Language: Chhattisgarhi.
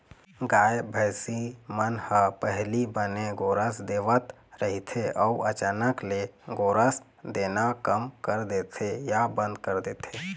गाय, भइसी मन ह पहिली बने गोरस देवत रहिथे अउ अचानक ले गोरस देना कम कर देथे या बंद कर देथे